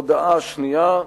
הודעה שנייה: